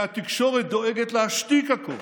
כי התקשורת דואגת להשתיק הכול